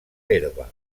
herba